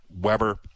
Weber